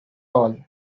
all